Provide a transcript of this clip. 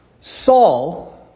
Saul